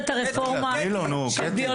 מאיר, אתה זוכר את הרפורמה של ביולוגיה-מתמטיקה?